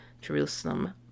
Jerusalem